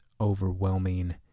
overwhelming